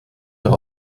mehr